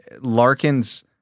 Larkin's